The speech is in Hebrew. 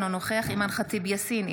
אינו נוכח אימאן ח'טיב יאסין,